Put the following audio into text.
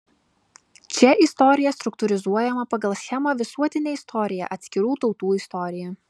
čia istorija struktūrizuojama pagal schemą visuotinė istorija atskirų tautų istorija